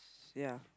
ya